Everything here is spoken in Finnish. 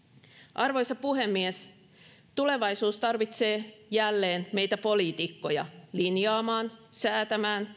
arvoisa puhemies tulevaisuus tarvitsee jälleen meitä poliitikkoja linjaamaan säätämään